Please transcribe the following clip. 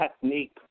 technique